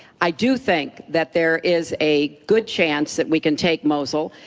i do think that there is a good chance that we can take mosul.